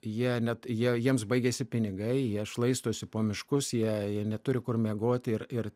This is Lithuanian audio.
jie net jie jiems baigiasi pinigai jie šlaistosi po miškus jie neturi kur miegoti ir ir